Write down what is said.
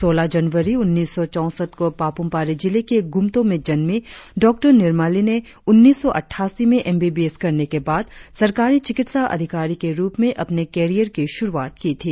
सोलह जनवरी उन्नीसो चौसठ को पापुम पारे जिले के गुमतों में जन्मी डॉक्टर निरमली ने उन्नीसौ अट्ठासी में एमबीबीएस करने के बाद सरकारी चिकित्सा अधिकारी के रुप में अपने करियर की शुरुआत की थी